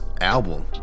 album